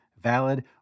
valid